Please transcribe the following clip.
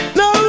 no